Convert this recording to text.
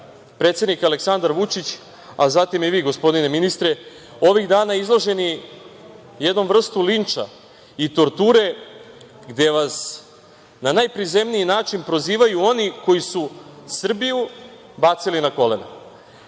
predsednik Aleksandar Vučić, a zatim i vi gospodine ministre, ovih dana izloženi jednom vrstom linča i torture gde vas na najprizemniji način prozivaju oni koji su Srbiju bacili na kolena.